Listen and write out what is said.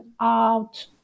out